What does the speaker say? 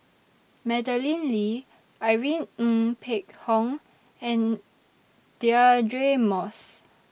Madeleine Lee Irene Ng Phek Hoong and Deirdre Moss